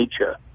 nature